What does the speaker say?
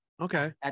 okay